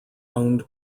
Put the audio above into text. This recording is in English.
owned